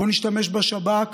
בואו נשתמש בשב"כ